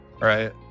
Right